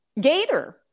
gator